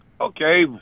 Okay